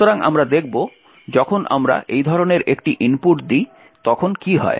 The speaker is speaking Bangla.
সুতরাং আমরা দেখব যখন আমরা এই ধরনের একটি ইনপুট দিই তখন কী হয়